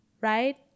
right